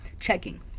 checking